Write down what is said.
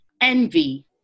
envy